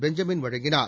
Benjamin வழங்கினார்